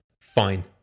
Fine